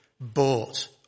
bought